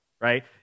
right